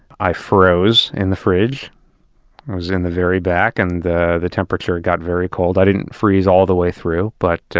i froze in the fridge. i was in the very back and the the temperature got very cold. i didn't freeze all the way through, but